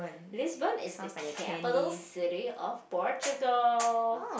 Lisbon is the capital city of Portugal